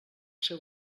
seu